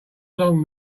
long